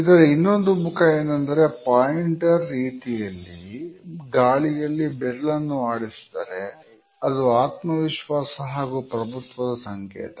ಇದರ ಇನ್ನೊಂದು ಮುಖ ಏನೆಂದರೆ ಪಾಯಿಂಟರ್ ರೀತಿಯಲ್ಲಿ ಗಾಳಿಯಲ್ಲಿ ಬೆರಳನ್ನು ಆಡಿಸಿದರೆ ಅದು ಆತ್ಮವಿಶ್ವಾಸ ಹಾಗೂ ಪ್ರಭುತ್ವದ ಸಂಕೇತ